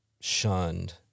shunned